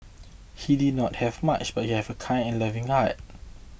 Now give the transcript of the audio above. he did not have much but he have a kind and loving heart